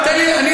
ודאי, זה ככה.